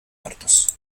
muertos